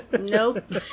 Nope